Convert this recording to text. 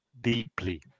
deeply